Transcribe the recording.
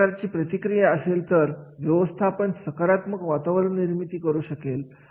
अशा प्रकारची प्रतिक्रिया असेल तर व्यवस्थापन सकारात्मक वातावरण निर्मिती करू शकते